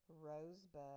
rosebud